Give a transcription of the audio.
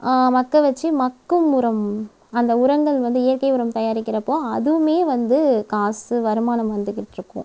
மக்க வச்சி மக்கும் உரம் அந்த உரங்கள் வந்து இயற்கை உரம் தயாரிக்கிறப்போது அதுவும் வந்து காசு வருமானம் வந்துகிட்டுருக்கும்